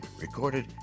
recorded